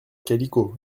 calicot